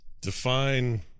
Define